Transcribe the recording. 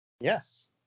Yes